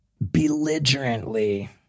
belligerently